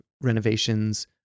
renovations